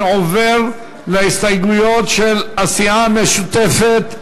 אני עובר להסתייגויות של הסיעה המשותפת.